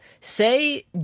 say